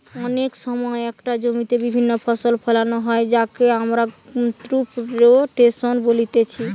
অনেক সময় একটো জমিতে বিভিন্ন ফসল ফোলানো হয় যাকে আমরা ক্রপ রোটেশন বলতিছে